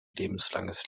lebenslanges